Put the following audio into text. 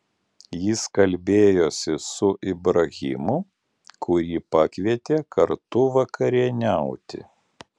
jis kalbėjosi su ibrahimu kurį pakvietė kartu vakarieniauti